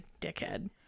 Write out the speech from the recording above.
dickhead